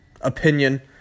opinion